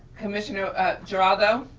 commissioner geraldo?